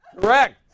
correct